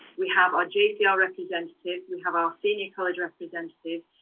we have our jcr you know representatives, we have our senior college representatives,